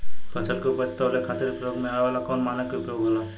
फसल के उपज के तौले खातिर उपयोग में आवे वाला कौन मानक के उपयोग होला?